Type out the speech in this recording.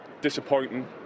disappointing